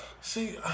See